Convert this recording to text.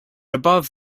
above